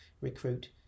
recruit